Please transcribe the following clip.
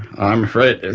i'm afraid